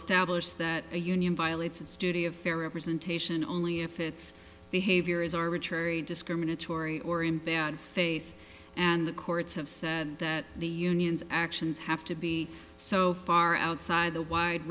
established that a union violates its duty of fair representation only if its behavior is arbitrary discriminatory or in bad faith and the courts have said that the unions actions have to be so far outside the wide